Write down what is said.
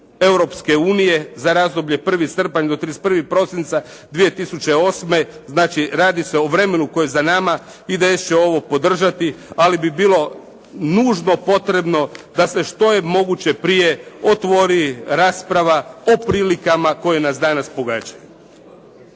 Europske unije za razdoblje 1. srpanj do 31. prosinca 2008. znači radi se o vremenu koje je za nama. IDS će ovo podržati, ali bi bilo nužno potrebno da se što je moguće prije otvori rasprava o prilikama koje nas danas pogađaju.